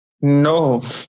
No